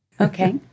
Okay